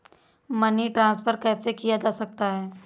Money transfer कैसे किया जा सकता है?